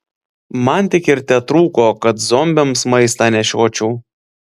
man tik ir tetrūko kad zombiams maistą nešiočiau